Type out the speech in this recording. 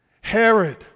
Herod